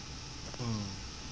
mm